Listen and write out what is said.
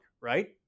right